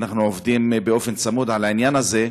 ואנחנו עובדים באופן צמוד על העניין הזה,